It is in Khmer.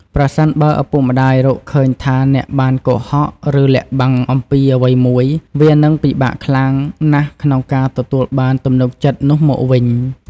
ប្រសិនបើឪពុកម្ដាយរកឃើញថាអ្នកបាន កុហក ឬលាក់បាំង អំពីអ្វីមួយ វានឹងពិបាកខ្លាំងណាស់ក្នុងការទទួលបានទំនុកចិត្តនោះមកវិញ។